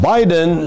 Biden